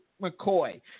McCoy